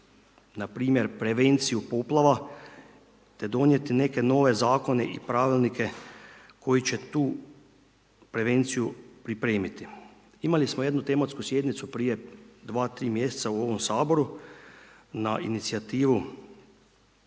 npr. prevenciju poplava, te donijeti neke nove zakone i pravilnike koji će tu prevenciju pripremiti. Imali smo jednu tematsku sjednicu prije 2, 3 mjeseca u ovom Saboru na inicijativu